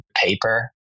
paper